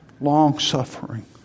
Long-suffering